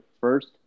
first